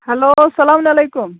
hello سلام علیکُم